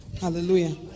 Hallelujah